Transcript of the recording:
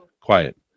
Quiet